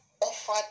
offered